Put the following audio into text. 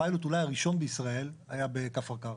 הפיילוט אולי הראשון בישראל היה בכפר קרע,